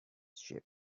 sheep